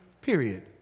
Period